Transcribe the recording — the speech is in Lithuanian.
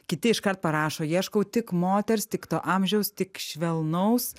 kiti iškart parašo ieškau tik moters tik to amžiaus tik švelnaus